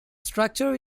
structure